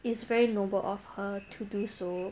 it's very noble of her to do so